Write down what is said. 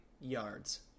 yards